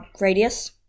radius